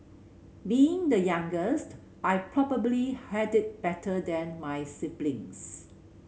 being the youngest I probably had it better than my siblings